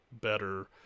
better